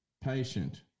patient